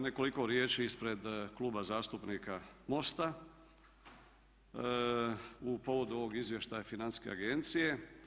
Nekoliko riječi ispred Kluba zastupnika MOST-a, u povodu ovog izvještaja Financijske agencije.